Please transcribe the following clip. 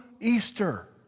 Easter